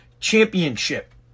championship